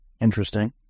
Interesting